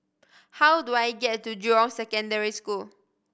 how do I get to Jurong Secondary School